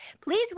Please